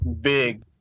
big